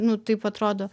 nu taip atrodo